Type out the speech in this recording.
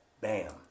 Bam